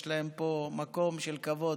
יש להן פה מקום של כבוד.